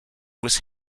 was